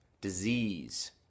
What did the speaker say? disease